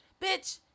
Bitch